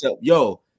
Yo